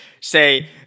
say